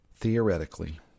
Theoretically